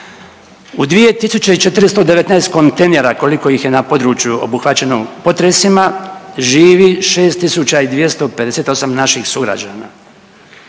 U 2.419 kontejnera koliko ih je na području obuhvaćeno potresima živi 6.628 naših sugrađana